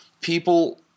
People